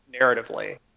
narratively